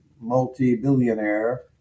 multi-billionaire